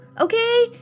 okay